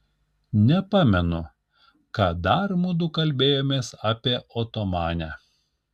nepamenu ką dar mudu kalbėjomės apie otomanę